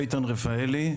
איתן רפאלי,